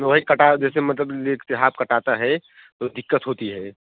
वही कट आ जैसे मतलब लेग से हाफ कट आता है तो दिक्कत होती है